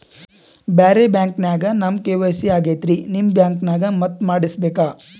ಬ್ಯಾರೆ ಬ್ಯಾಂಕ ನ್ಯಾಗ ನಮ್ ಕೆ.ವೈ.ಸಿ ಆಗೈತ್ರಿ ನಿಮ್ ಬ್ಯಾಂಕನಾಗ ಮತ್ತ ಮಾಡಸ್ ಬೇಕ?